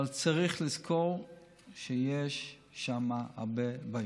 אבל צריך לזכור שיש שם הרבה בעיות,